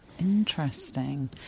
Interesting